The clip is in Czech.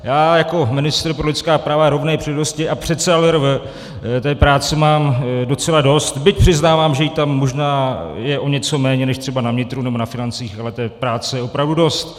Já jako ministr pro lidská práva, rovné příležitosti a předseda LRV té práce mám docela dost, byť přiznávám, že jí tam možná je o něco méně než třeba na vnitru nebo na financích, ale té práce je opravdu dost.